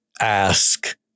ask